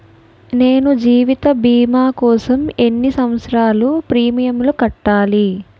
నేను జీవిత భీమా కోసం ఎన్ని సంవత్సారాలు ప్రీమియంలు కట్టాలి?